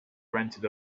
rented